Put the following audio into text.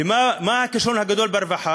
ומה הכישלון הגדול ברווחה?